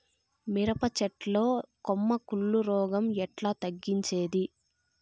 మిరప చెట్ల లో కొమ్మ కుళ్ళు రోగం ఎట్లా తగ్గించేది?